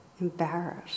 embarrassed